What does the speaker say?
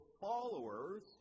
followers